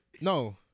no